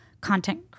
content